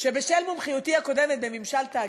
שבשל מומחיותי הקודמת בממשל תאגידי,